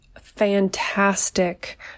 fantastic